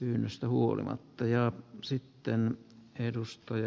pyynnöstä huolimatta ja siellä toimi